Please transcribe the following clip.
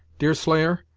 deerslayer,